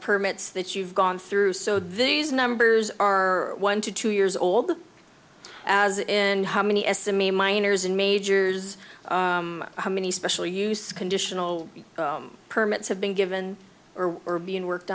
permits that you've gone through so these numbers are one to two years old as in how many estimate miners and majors how many special use conditional permits have been given are being worked